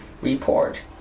report